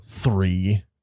Three